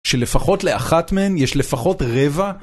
שלפחות לאחת מהן יש לפחות רבע.